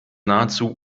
nahezu